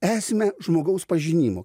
esmę žmogaus pažinimo